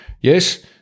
Yes